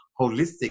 holistic